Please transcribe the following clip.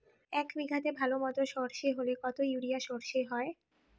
এক বিঘাতে ভালো মতো সর্ষে হলে কত ইউরিয়া সর্ষে হয়?